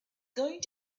going